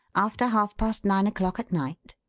after half-past nine o'clock at night.